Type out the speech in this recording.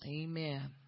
amen